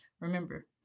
Remember